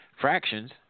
fractions